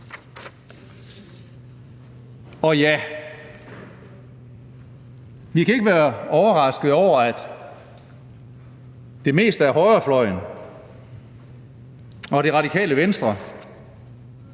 tilbage. Vi kan ikke være overrasket over, at det meste af højrefløjen og Det Radikale Venstre,